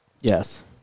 Yes